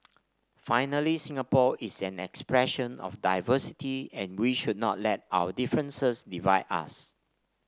finally Singapore is an expression of diversity and we should not let our differences divide us